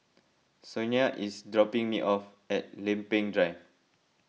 Sonia is dropping me off at Lempeng Drive